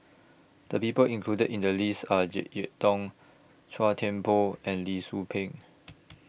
The People included in The list Are Jek Yeun Thong Chua Thian Poh and Lee Tzu Pheng